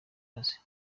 mazi